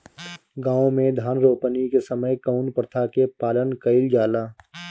गाँव मे धान रोपनी के समय कउन प्रथा के पालन कइल जाला?